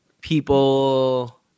People